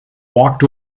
walked